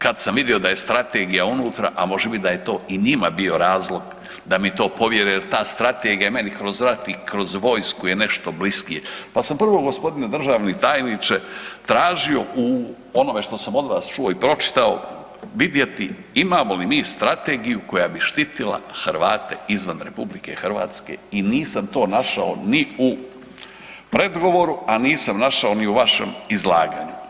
Kad sam vidio da je Strategija unutra, a može bit da je to i njima bio razlog da mi to povjere jer ta Strategija je meni kroz rat i kroz vojsku je nešto bliskije pa sam prvo g. državni tajniče, tražio u onome što sam od vas čuo i pročitao, vidjeti imamo li mi strategiju koja bi štitila Hrvate izvan RH i nisam to našao ni u predgovoru, a nisam našao ni u vašem izlaganju.